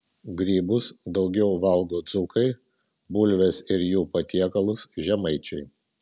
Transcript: grybus daugiau valgo dzūkai bulves ir jų patiekalus žemaičiai